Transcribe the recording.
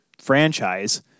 franchise